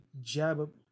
jab